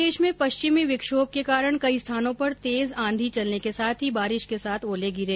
प्रदेश में पश्चिमी विक्षोभ के कारण कई स्थानों पर तेज आंधी चलने के साथ ही बारिश के साथ ओले गिरे